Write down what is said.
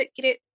group